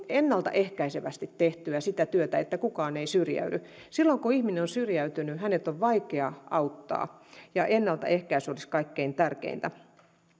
ennalta ehkäisevästi tehtyä sitä työtä että kukaan ei syrjäydy silloin kun ihminen on syrjäytynyt häntä on vaikea auttaa ja ennaltaehkäisy olisi kaikkein tärkeintä